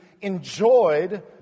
enjoyed